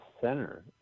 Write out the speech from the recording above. Center